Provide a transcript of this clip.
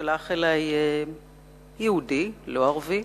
בהמשך לדברים שנאמרו כאן על-ידי כמה מחברי הכנסת הערבים,